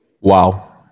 Wow